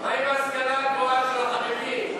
מה עם ההשכלה הגבוהה של החרדים?